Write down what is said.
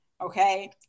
Okay